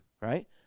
right